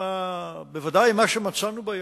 בוודאי מה שמצאנו בים,